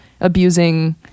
abusing